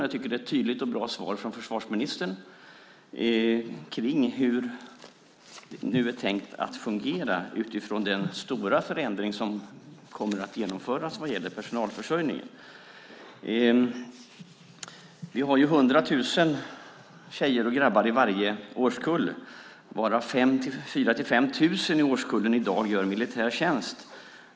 Jag tycker att det är ett tydligt och bra svar från försvarsministern om hur det är tänkt att fungera utifrån den stora förändring som kommer att genomföras vad gäller personalförsörjningen. Vi har 100 000 tjejer och grabbar i varje årskull, varav 4 000-5 000 i årskullen i dag gör militärtjänst.